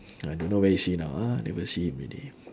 I don't know where is he now ah never see him already